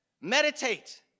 Meditate